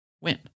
win